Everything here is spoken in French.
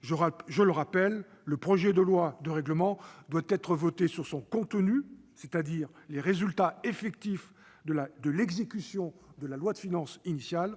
Je le rappelle, le projet de loi de règlement doit être voté en prenant en considération son contenu, c'est-à-dire les résultats effectifs de l'exécution de la loi de finances initiale.